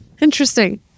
interesting